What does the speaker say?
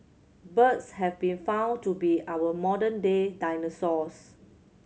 birds have been found to be our modern day dinosaurs